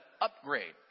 upgrade